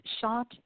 shot